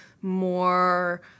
more